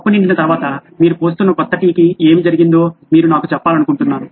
cup నిండిన తర్వాత మీరు పోస్తున్న కొత్త టీ కి ఏమి జరిగిందో మీరు నాకు చెప్పాలనుకుంటున్నాను